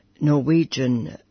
Norwegian